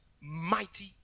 mighty